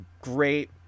great